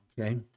okay